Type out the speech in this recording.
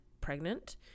pregnant